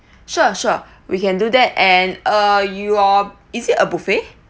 sure sure we can do that and uh your is it a buffet